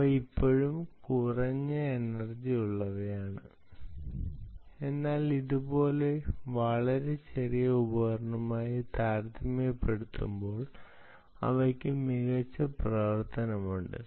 അവ ഇപ്പോഴും കുറഞ്ഞ എനർജി ഉള്ളവയാണ് എന്നാൽ ഇതുപോലുള്ള വളരെ ചെറിയ ഉപകരണങ്ങളുമായി താരതമ്യപ്പെടുത്തുമ്പോൾ അവയ്ക്ക് മികച്ച പ്രവർത്തനമുണ്ട്